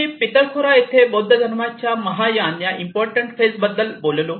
आम्ही पितळखोरा येथे बौद्ध धर्माच्या महायान या इम्पॉर्टंट फेज बद्दल बोलतो